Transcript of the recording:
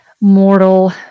mortal